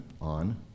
on